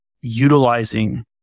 utilizing